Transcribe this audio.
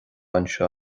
anseo